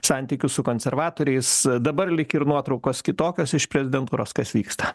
santykius su konservatoriais dabar lyg ir nuotraukos kitokios iš prezidentūros kas vyksta